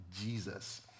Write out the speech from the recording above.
Jesus